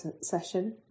session